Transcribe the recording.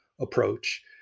approach